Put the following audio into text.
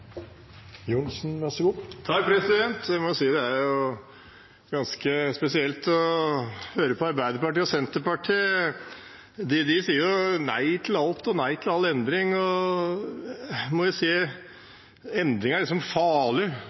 ganske spesielt å høre på Arbeiderpartiet og Senterpartiet. De sier nei til alt, nei til all endring – endring er liksom farlig, alt nytt er farlig.